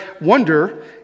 wonder